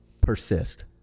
persist